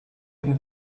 più